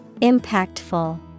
Impactful